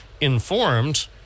informed